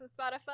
spotify